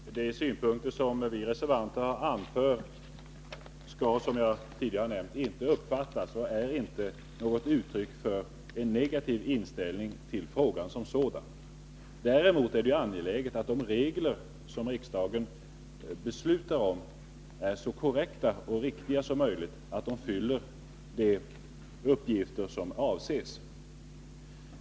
Fru talman! De synpunkter som vi reservanter har anfört skall, som jag tidigare nämnde, inte uppfattas som och är inte något uttryck för en negativ inställning till frågan som sådan. Däremot finner vi det angeläget att de regler som riksdagen beslutar om är så korrekta och riktiga som möjligt och fyller avsedd uppgift.